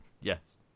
Yes